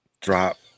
drop